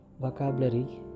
vocabulary